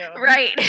Right